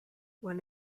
when